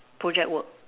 project work